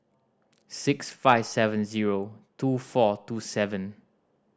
six five seven zero two four two seven